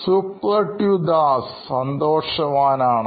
Suprativ Das CTO Knoin Electronics സന്തോഷവാനാണ്